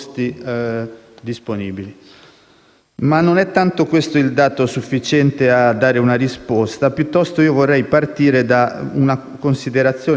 Ma non è tanto questo il dato sufficiente a dare una risposta. Piuttosto, io vorrei partire da una considerazione rispetto ad una affermazione che ho sentito fare